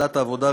לוועדת העבודה,